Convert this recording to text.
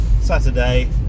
Saturday